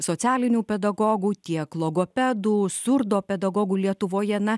socialinių pedagogų tiek logopedų surdopedagogų lietuvoje na